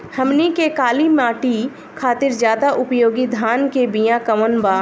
हमनी के काली माटी खातिर ज्यादा उपयोगी धान के बिया कवन बा?